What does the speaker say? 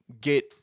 get